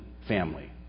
family